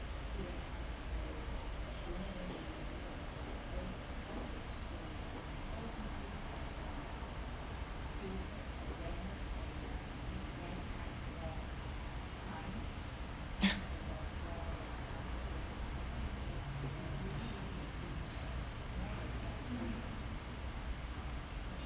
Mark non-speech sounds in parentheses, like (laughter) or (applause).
(laughs)